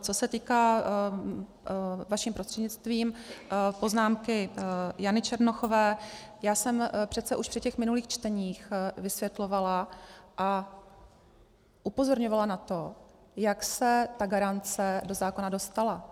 Co se týká vaším prostřednictvím poznámky Jany Černochové, já jsem přece už při těch minulých čteních vysvětlovala a upozorňovala na to, jak se ta garance do zákona dostala.